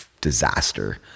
disaster